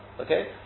okay